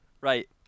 Right